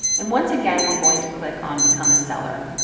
and once again, we're going to click on become a seller.